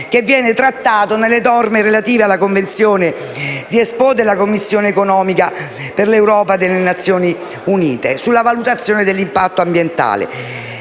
che viene trattato dalle norme relative alla Convenzione di Espoo tra la Commissione economica europea e le Nazioni Unite sulla valutazione dell'impatto ambientale